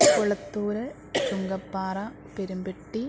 Kulathur Chungappara Perumpetty